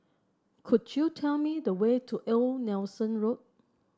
could you tell me the way to Old Nelson Road